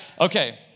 Okay